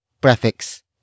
prefix